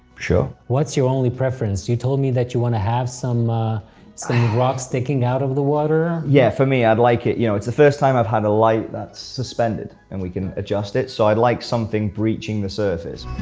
sure! what's your only preference? you told me that you wanna have some. some rocks sticking out of the water? yeah, for me i'd like it, you know. it's the first time i have a light that's suspended. and we can adjust it, so i'd like something breaching the surface.